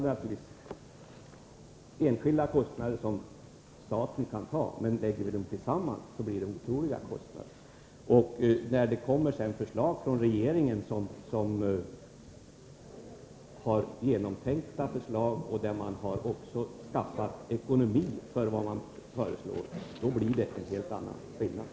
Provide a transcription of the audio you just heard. Den enskilda kostnaden kan naturligtvis staten ta, men om man lägger ihop dem blir det oerhörda kostnader. Och när regeringen sedan har genomtänkta förslag och har ekonomisk täckning för dem, då blir det en helt annan sak.